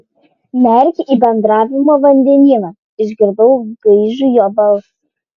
nerk į bendravimo vandenyną išgirdau gaižų jo balsą